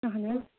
اہن حظ